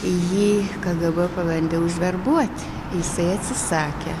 jį kgb pabandė užverbuot jisai atsisakė